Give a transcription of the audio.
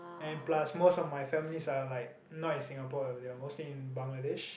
and plus most of my families are like not in Singapore they are mostly in Bangladesh